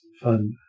fun